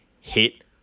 hit